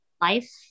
life